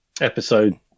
episode